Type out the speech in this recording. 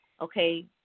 okay